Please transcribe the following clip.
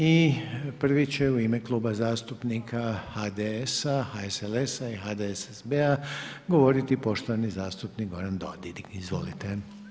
I prvi će u ime Kluba zastupnika HDS-a, HSSLS-a i HDSSB-a govoriti poštovani zastupnik Goran Dodig, izvolite.